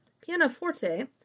pianoforte